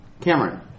Cameron